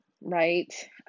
right